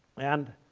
and